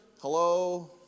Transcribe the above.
hello